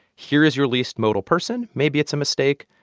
here is your least modal person. maybe it's a mistake,